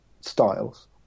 styles